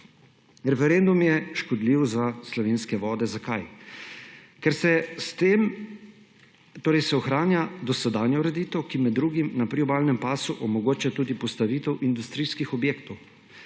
Referendum je škodljiv za slovenske vode. Zakaj? Ker se s tem ohranja dosedanja ureditev, ki med drugim na priobalnem pasu omogoča tudi postavitev industrijskih objektov;